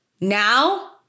now